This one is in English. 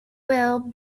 will